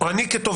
או אני כתובע,